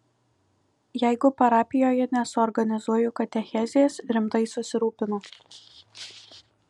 jeigu parapijoje nesuorganizuoju katechezės rimtai susirūpinu